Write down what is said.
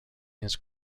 his